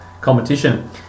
competition